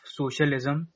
socialism